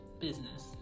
business